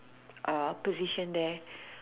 uh position there